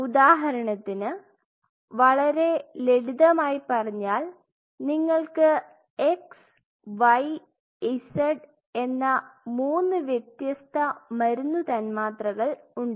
ഉദാഹരണത്തിന് വളരെ ലളിതമായി പറഞ്ഞാൽ നിങ്ങൾക്ക് xyz എന്ന 3 വ്യത്യസ്ത മരുന്ന് തന്മാത്രകൾ ഉണ്ട്